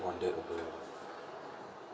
on that as well